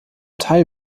teil